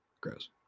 Gross